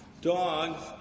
Dogs